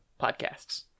podcasts